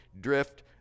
drift